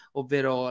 ovvero